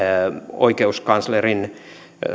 oikeuskanslerin